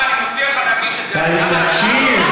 תקשיב,